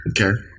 Okay